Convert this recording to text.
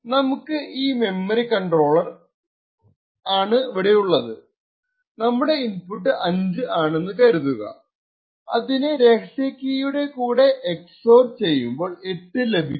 നമുക്ക് ഈ memory controller ഉണ്ടിവിടെ നമ്മുടെ ഇൻപുട്ട് 5 ആണെന്ന് കരുതുക അതിനെ രഹസ്യ കീയുടെ കൂടെ എക്സ് ഓർ ചെയ്യുമ്പോൾ 8 ലഭിക്കും